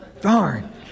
Darn